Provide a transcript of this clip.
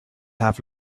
have